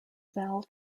val